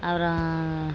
அப்புறம்